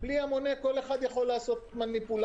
בלי המונה כל אחד יכול לעשות מניפולציות.